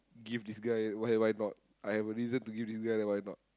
give this guy why why not I have a reason to give this guy then why not